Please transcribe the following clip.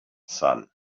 son